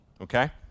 okay